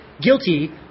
guilty